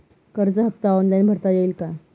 कर्ज हफ्ता ऑनलाईन भरता येईल का?